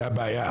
זו הבעיה,